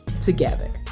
together